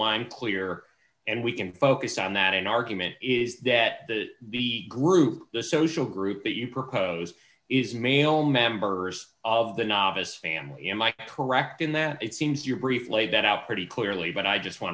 i'm clear and we can focus on that in argument is that the the group the social group that you propose is male members of the novice family am i correct in that it seems your brief laid that out pretty clearly but i just want